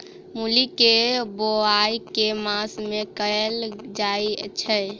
मूली केँ बोआई केँ मास मे कैल जाएँ छैय?